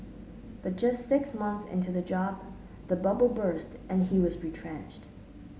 but just six months into the job the bubble burst and he was retrenched